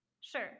sure